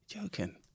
Joking